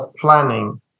planning